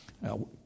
Now